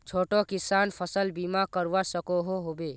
छोटो किसान फसल बीमा करवा सकोहो होबे?